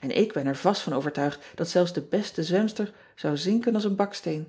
en ik ben er vast van overtuigd dat zelfs de beste zwemster zou zinken als een baksteen